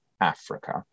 Africa